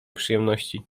przyjemności